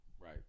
Right